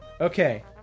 okay